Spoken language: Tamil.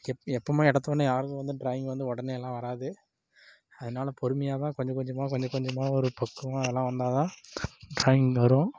எப்போதுமே எடுத்தவொடனே யாருக்கும் வந்து டிராயிங் வந்து உடனேலா வராது அதனால் பொறுமையாகதான் கொஞ்சமாக கொஞ்சமாக ஒரு பக்குவமாக அதெல்லாம் வந்தால் தான் டிராயிங் வரும்